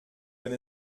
wenn